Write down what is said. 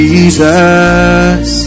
Jesus